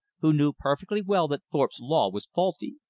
who knew perfectly well that thorpe's law was faulty.